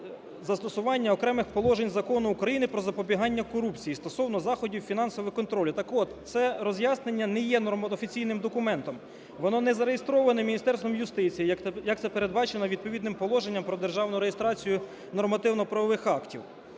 застосування окремих положень Закону України "Про запобігання корупції" стосовно заходів фінансового контролю. Так от це роз'яснення не є офіційним документом, воно не зареєстровано Міністерством юстиції, як це передбачено відповідним положенням про державну реєстрацію нормативно-правових актів,